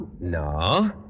No